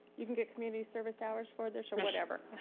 you can get community service hours for this or whatever.